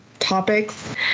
topics